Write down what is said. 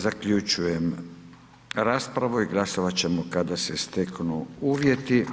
Zaključujem raspravu i glasovat ćemo kada se steknu uvjeti.